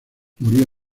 murió